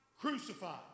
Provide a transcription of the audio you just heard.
crucified